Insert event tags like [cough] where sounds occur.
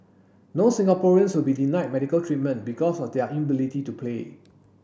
no Singaporeans will be denied medical treatment because of their [unintelligible] to pay